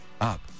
up